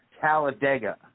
Talladega